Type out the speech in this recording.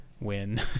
win